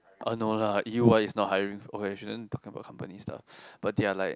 oh no lah Yi-Wai is not hiring okay shouldn't talk about company stuff but they are like